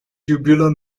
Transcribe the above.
tubular